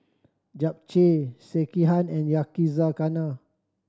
Japchae Sekihan and Yakizakana